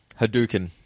Hadouken